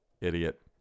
Idiot